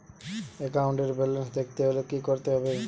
একাউন্টের ব্যালান্স দেখতে হলে কি করতে হবে?